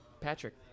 patrick